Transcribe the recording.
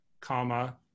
comma